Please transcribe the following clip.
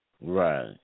Right